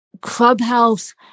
Clubhouse